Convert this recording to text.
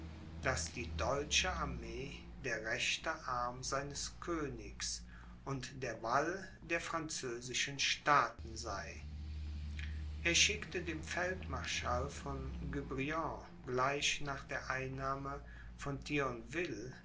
daß die deutsche armee der rechte arm seines königs und der wall der französischen staaten sei er schickte dem feldmarschall von guebriant gleich nach der einnahme von